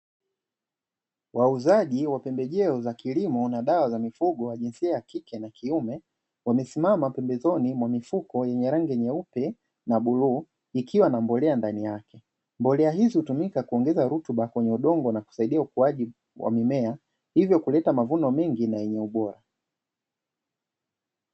Wauzaji wa pembejeo za kilimo na dawa za mifugo wa jinsia ya kike na kiume wamesimama pembezoni mwa mifuko yenye rangi nyeusi na bluu ikiwa na mbolea ndani yake. Mbolea hizi hutumika kuongeza rutuba kwenye udongo na kusaidia ukuaji wa mimea hivyo kuleta mavuno mengi na yenye ubora.